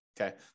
Okay